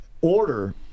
order